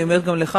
אני אומרת גם לך,